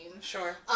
Sure